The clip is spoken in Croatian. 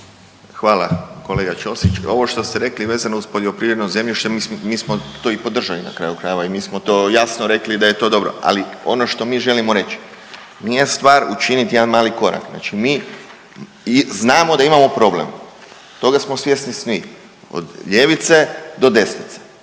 Hvala kolega Ćosić. Ovo što ste rekli vezano uz poljoprivredno zemljište mi smo to i podržali na kraju krajeva i mi smo to jasno rekli da je to dobro. Ali ono što mi želimo reć nije stvar učiniti jedan mali korak, znači mi znamo da imamo problem toga smo svjesni svi od ljevice do desnice,